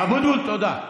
אבוטבול, תודה.